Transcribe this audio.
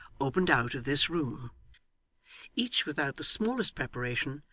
opened out of this room each without the smallest preparation,